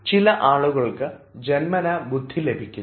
ചില ആളുകൾക്ക് ജന്മനാ ബുദ്ധി ലഭിക്കുന്നു